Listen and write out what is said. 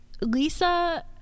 Lisa